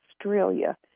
Australia